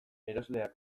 erosleak